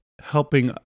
helping